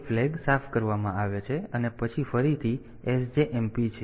તેથી તે ફ્લેગ સાફ કરવામાં આવે છે અને પછી ફરીથી SJMP છે